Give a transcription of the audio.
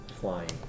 flying